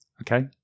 Okay